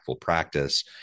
practice